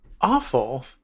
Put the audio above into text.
awful